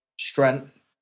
strength